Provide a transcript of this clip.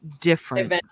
different